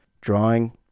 drawing